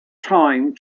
time